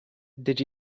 did